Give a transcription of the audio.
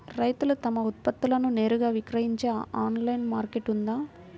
రైతులు తమ ఉత్పత్తులను నేరుగా విక్రయించే ఆన్లైను మార్కెట్ ఉందా?